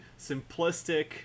simplistic